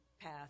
path